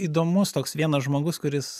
įdomus toks vienas žmogus kuris